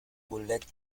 colette